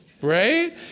Right